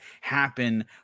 happen